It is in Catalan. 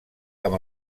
amb